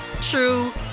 true